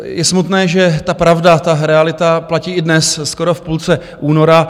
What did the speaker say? Je smutné, že ta pravda, ta realita platí i dnes, skoro v půlce února.